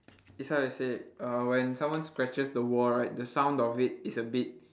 it's how they say uh when someone scratches the wall right the sound of it is a bit